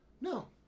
no